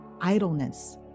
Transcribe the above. idleness